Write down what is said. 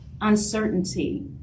uncertainty